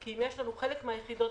אם יש לנו חלק מהיחידות,